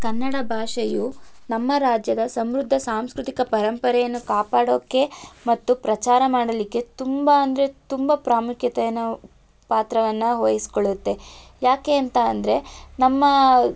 ಕನ್ನಡ ಭಾಷೆಯು ನಮ್ಮ ರಾಜ್ಯದ ಸಮೃದ್ಧ ಸಾಂಸ್ಕೃತಿಕ ಪರಂಪರೆಯನ್ನು ಕಾಪಾಡೋಕ್ಕೆ ಮತ್ತು ಪ್ರಚಾರ ಮಾಡಲಿಕ್ಕೆ ತುಂಬ ಅಂದರೆ ತುಂಬ ಪ್ರಾಮುಖ್ಯತೆಯನ್ನು ಪಾತ್ರವನ್ನು ವಹಿಸ್ಕೊಳ್ಳುತ್ತೆ ಯಾಕೆ ಅಂತ ಅಂದರೆ ನಮ್ಮ